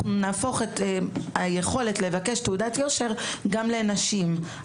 נהפוך את היכולת לבקש תעודת יושר גם לנשים.